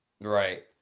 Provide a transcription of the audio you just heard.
Right